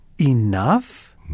enough